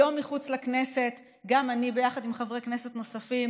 היום מחוץ לכנסת אני וחברי כנסת נוספים